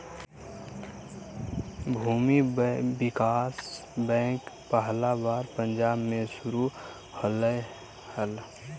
भूमि विकास बैंक पहला बार पंजाब मे शुरू होलय हल